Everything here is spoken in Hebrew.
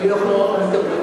התבלבלת.